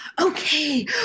okay